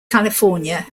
california